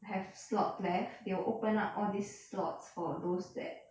have slots left they will open up all these slots for those that